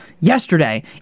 yesterday